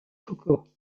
coco